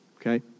okay